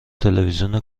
تلویزیون